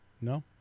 No